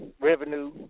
revenue